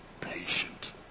patient